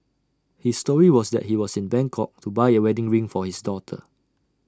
his story was that he was in Bangkok to buy A wedding ring for his daughter